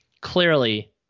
clearly